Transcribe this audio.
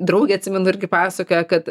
draugė atsimenu irgi pasakojo kad